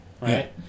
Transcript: right